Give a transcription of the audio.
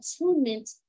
attunement